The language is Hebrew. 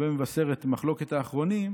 לגבי מבשרת, מחלוקת האחרונים.